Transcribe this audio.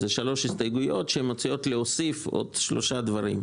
אלה שלוש הסתייגויות שמציעות להוסיף עוד שלושה דברים.